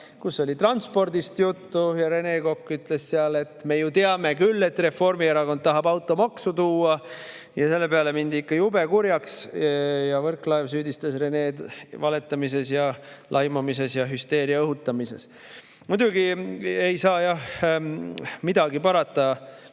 kus oli juttu transpordist, ja Rene Kokk ütles seal, et me ju teame küll, et Reformierakond tahab automaksu. Selle peale mindi ikka jube kurjaks ja Võrklaev süüdistas Rened valetamises ja laimamises ja hüsteeria õhutamises. Muidugi ei saa midagi parata.